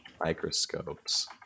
microscopes